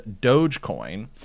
Dogecoin